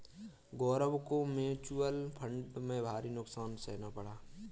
गौरव को mutual fund में भारी नुकसान सहना पड़ा